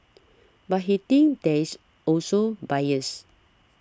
but he thinks there is also bias